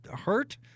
hurt